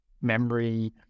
memory